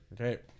okay